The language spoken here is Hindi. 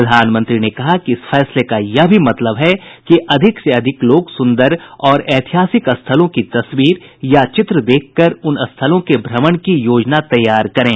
प्रधानमंत्री ने कहा कि इस फैसले का यह भी मतलब है कि अधिक से अधिक लोग सुन्दर और ऐतिहासिक स्थलों की तस्वीर या चित्र देखकर उन स्थलों के भ्रमण की योजना तैयार करें